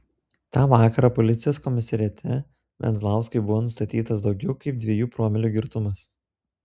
tą vakarą policijos komisariate venzlauskui buvo nustatytas daugiau kaip dviejų promilių girtumas